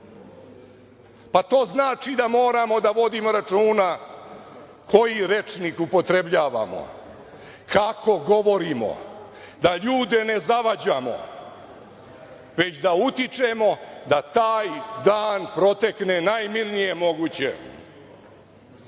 Pa, to znači da moramo da vodimo računa koji rečnik upotrebljavamo, kako govorimo, da ljude ne zavađamo, već da utičemo da taj dan protekne najmirnije